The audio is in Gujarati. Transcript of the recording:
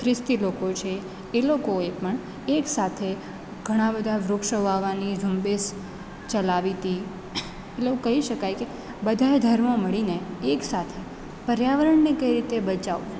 ખ્રિસ્તી લોકો છે એ લોકોએ પણ એક સાથે ઘણાં બધા વૃક્ષો વાવવાની ઝુંબેશ ચલાવી હતી એટલે એવું કહી શકાય કે બધાંય ધર્મ મળીને એક સાથે પર્યાવરણને કઈ રીતે બચાવવું